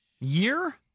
Year